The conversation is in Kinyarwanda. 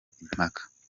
impaka